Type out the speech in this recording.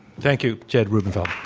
thank you, jed rubenfeld.